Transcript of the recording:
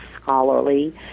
scholarly